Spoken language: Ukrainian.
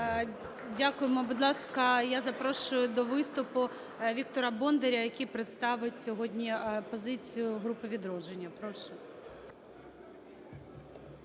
Дякуємо. Будь ласка, я запрошую до виступу Віктора Бондаря, який представить сьогодні позицію групи "Відродження". Прошу.